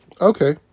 Okay